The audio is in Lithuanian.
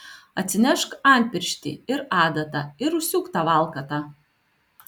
atsinešk antpirštį ir adatą ir užsiūk tą valkatą